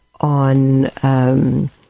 on